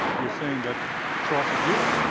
you're saying that choice is good.